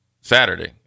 Saturday